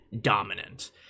dominant